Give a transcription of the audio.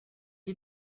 die